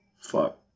Fuck